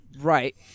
right